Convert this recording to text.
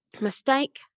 mistake